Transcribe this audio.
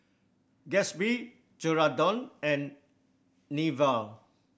Gatsby Geraldton and Nivea